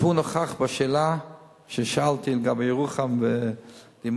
הוא נכח כששאלתי לגבי ירוחם ודימונה,